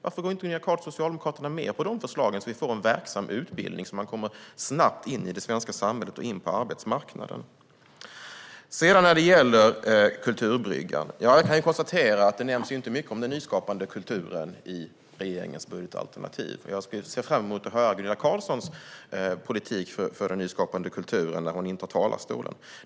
Varför går inte Gunilla Carlsson och Socialdemokraterna med på de förslagen så att det blir en verksam utbildning så att man snabbt kommer in i det svenska samhället och in på arbetsmarknaden? Beträffande Kulturbryggan kan jag konstatera att det inte nämns mycket om den nyskapande kulturen i regeringens budgetalternativ. Jag ser fram emot att höra Gunilla Carlssons politik för den nyskapande kulturen när hon intar talarstolen.